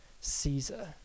Caesar